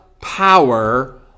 power